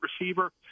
receiver